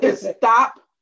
stop